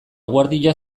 guardia